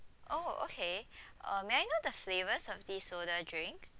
oh okay uh may I know the flavours of these soda drinks